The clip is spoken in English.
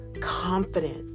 confident